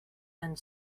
and